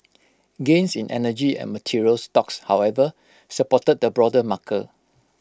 gains in energy and materials stocks however supported the broader marker